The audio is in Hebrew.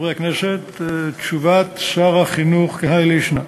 חברי הכנסת, תשובת שר החינוך כהאי לישנא: